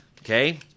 okay